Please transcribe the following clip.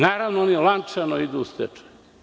Naravno, oni lančano idu u stečaj.